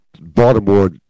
Baltimore